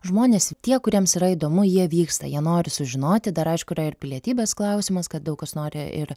žmonės tie kuriems yra įdomu jie vyksta jie nori sužinoti dar aišku yra ir pilietybės klausimas kad daug kas nori ir